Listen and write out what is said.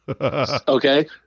Okay